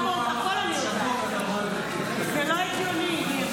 לא צריך להיות כל הזמן.